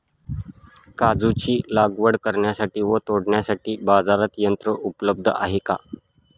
काजूची लागवड करण्यासाठी व तोडण्यासाठी बाजारात यंत्र उपलब्ध आहे का?